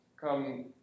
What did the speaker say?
come